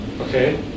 okay